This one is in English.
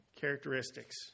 characteristics